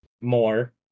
more